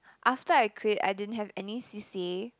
after I quit I didn't have any c_c_a